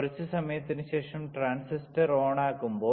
കുറച്ച് സമയത്തിന് ശേഷം ട്രാൻസിസ്റ്റർ ഓണാക്കുമ്പോൾ